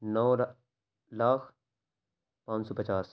نو لاکھ پانچ سو پچاس